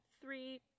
three